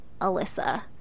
Alyssa